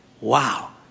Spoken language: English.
wow